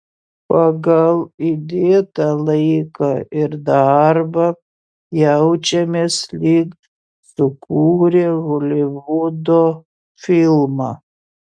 pagal įdėtą laiką ir darbą jaučiamės lyg sukūrę holivudo filmą